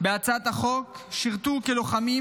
בהצעת החוק שירתו כלוחמים,